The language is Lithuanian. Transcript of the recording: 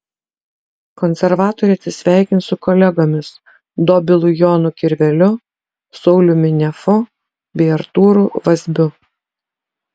konservatoriai atsisveikins su kolegomis dobilu jonu kirveliu sauliumi nefu bei artūru vazbiu